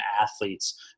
athletes